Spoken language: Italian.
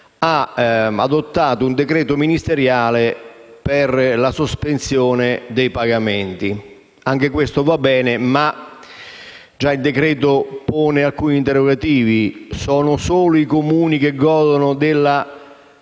ha adottato un decreto ministeriale per la sospensione dei pagamenti; anche questo va bene, ma già il decreto pone alcuni interrogativi: sono solo i Comuni che usufruiscono della